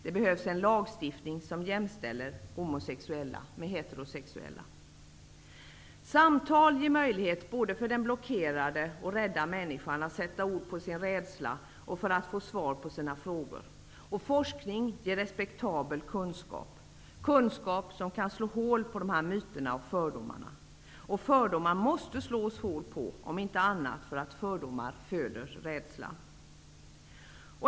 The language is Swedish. Det behövs en lagstiftning som jämställer homosexuella med heterosexuella. Samtal ger möjlighet för den blockerade och rädda människan att ge ord åt sin rädsla och att få svar på sina frågor. Forskning ger respektabel kunskap, kunskap som kan slå hål på myter och fördomar. Fördomar måste slås hål på, om inte annat för att fördomar föder rädsla.